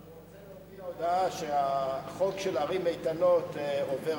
הוא רוצה להודיע הודעה שהחוק של ערים איתנות עובר,